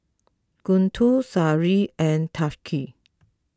Guntur Seri and Thaqif